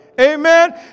amen